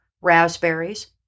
raspberries